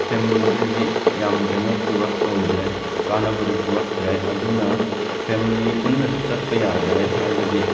ꯐꯦꯃꯂꯤꯗꯗꯤ ꯌꯥꯝ ꯀꯩꯅꯣ ꯄꯨꯔꯛꯄ ꯑꯣꯏꯗ꯭ꯔꯦ ꯀꯥꯟꯅꯕꯗꯤ ꯄꯨꯔꯛꯇ꯭ꯔꯦ ꯑꯗꯨꯅ ꯐꯦꯃꯂꯤ ꯄꯨꯝꯅꯃꯛꯁꯨ ꯆꯠꯄ ꯌꯥꯗꯔꯦ ꯍꯥꯏꯕꯗꯤ